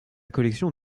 collection